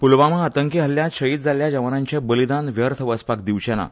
पुलवामा आतंकी हल्ल्यांत शहीद जाल्ल्या जवानांचे बलिदान व्यर्थ वचपाक दिवचे ना